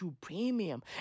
premium